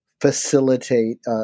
facilitate